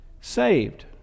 saved